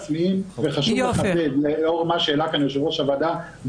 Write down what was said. רציתי להתייחס גם למה שהיה בוועדה אז ולנושא המוקד.